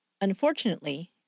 Unfortunately